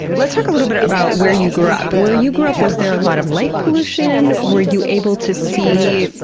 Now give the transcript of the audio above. let's talk a little bit about where you grew up. where you grew up, was there a lot of light pollution? were you able to see